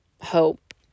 hope